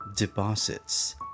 Deposits